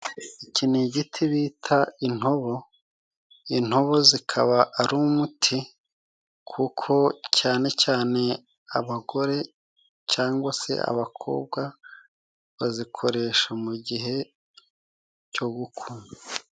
Iki ni igiti bita intobo, intobo zikaba ari umuti kuko cyane cyane abagore cyangwa se abakobwa bazikoresha mu gihe cyo gukuna.